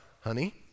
honey